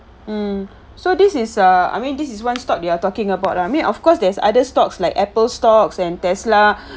mm so this is err I mean this is one stock you are talking about lah I mean of course there's other stocks like apple stocks and tesla